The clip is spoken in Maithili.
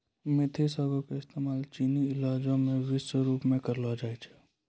मेथी सागो के इस्तेमाल चीनी के इलाजो मे विशेष रुपो से करलो जाय छै